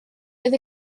oedd